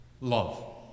love